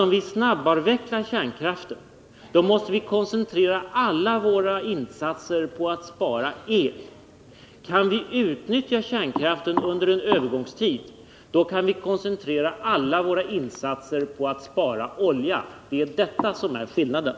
Om vi snabbt avvecklar kärnkraften måste vi koncentre ra alla våra insatser på att spara el. Kan vi utnyttja kärnkraften under en övergångstid, så kan vi koncentrera alla våra insatser på att spara olja. Det är detta som är skillnaden.